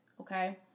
Okay